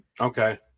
Okay